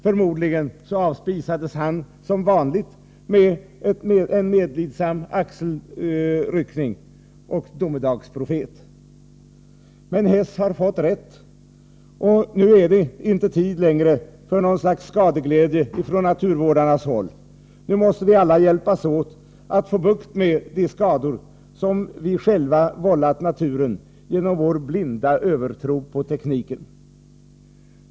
Förmodligen avspisades han som vanligt med en medlidsam axelryckning och tillmälet domedagsprofet. Men Hess har fått rätt, och nu är det inte tid längre för något slags skadeglädje från naturvårdarnas håll. Nu måste vi alla hjälpas åt att få bukt med de skador som vi själva vållat naturen genom vår blinda övertro på tekniken.